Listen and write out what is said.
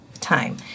time